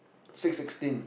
six sixteen